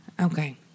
Okay